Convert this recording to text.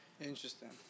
Interesting